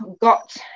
got